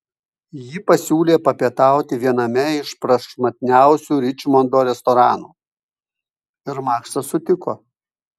ji pasiūlė papietauti viename iš prašmatniausių ričmondo restoranų ir maksas sutiko